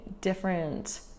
different